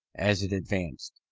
as it advanced.